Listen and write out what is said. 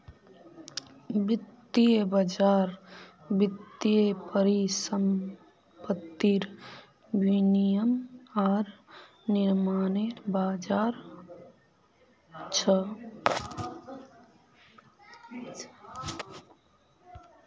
वित्तीय बज़ार वित्तीय परिसंपत्तिर विनियम आर निर्माणनेर बज़ार छ